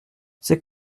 c’est